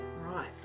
Right